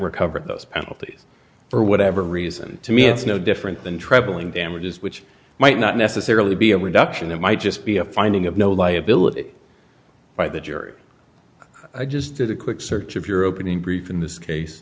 recover those penalties for whatever reason to me it's no different than troubling damages which might not necessarily be a reduction it might just be a finding of no liability by the jury i just did a quick search of your opening brief in this case